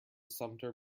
sumpter